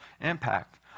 impact